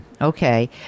Okay